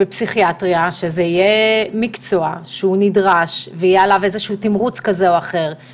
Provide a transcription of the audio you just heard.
בתוכנית הזאת אנחנו מתקצבים 3,600,000 ₪ למוקדי